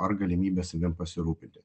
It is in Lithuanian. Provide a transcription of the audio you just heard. ar galimybę savim pasirūpinti